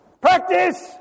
Practice